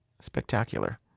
spectacular